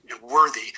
worthy